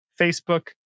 Facebook